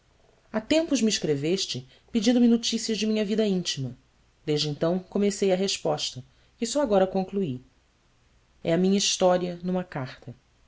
há tempos me escreveste pedindo-me notícias de minha vida íntima desde então comecei a resposta que só agora concluí é a minha história numa carta